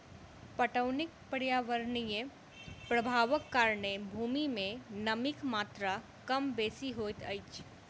पटौनीक पर्यावरणीय प्रभावक कारणेँ भूमि मे नमीक मात्रा कम बेसी होइत अछि